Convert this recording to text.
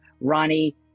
Ronnie